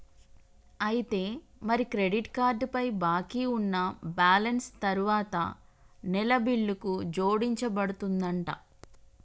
అయితే మరి credit card పై బాకీ ఉన్న బ్యాలెన్స్ తరువాత నెల బిల్లుకు జోడించబడుతుందంట